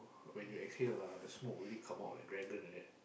when you exhale ah the smoke really come out like dragon like that